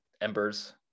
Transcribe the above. Ember's